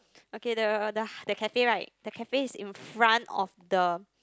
okay the the h~ the cafe right the cafe is in front of the